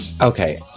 Okay